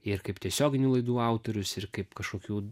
ir kaip tiesioginių laidų autorius ir kaip kažkokių